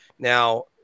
Now